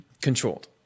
controlled